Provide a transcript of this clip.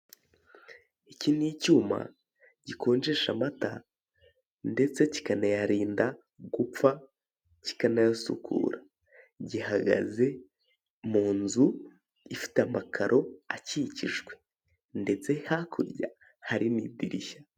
Iki ni icyuma gikonjesha amata ndetse kikanayarinda gupfa kikanayasukura. Gihagaze mu nzu ifite amakaro akikijwe. Ndetse hakurya hari n'idirishya.